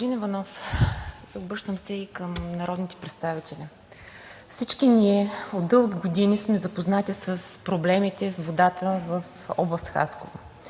Господин Иванов, обръщам се и към народните представители! Всички ние от дълги години сме запознати с проблемите с водата в област Хасково.